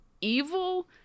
evil